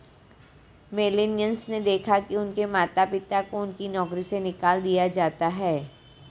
millennials ने देखा है कि उनके माता पिता को उनकी नौकरी से निकाल दिया जाता है